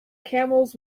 camels